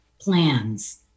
plans